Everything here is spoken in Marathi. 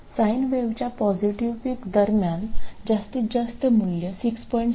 साईंन वेवच्या पॉझिटिव्ह पिक दरम्यान जास्तीत जास्त मूल्य 6